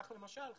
כך לדוגמה,